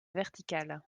verticale